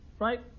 right